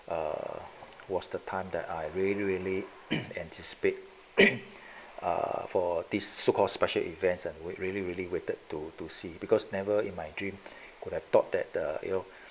err was the time that I really really anticipate for this so called special events are really really wanted to to see because never in my dream could have thought that the